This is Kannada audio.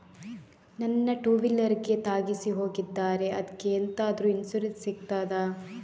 ನನ್ನ ಟೂವೀಲರ್ ಗೆ ತಾಗಿಸಿ ಹೋಗಿದ್ದಾರೆ ಅದ್ಕೆ ಎಂತಾದ್ರು ಇನ್ಸೂರೆನ್ಸ್ ಸಿಗ್ತದ?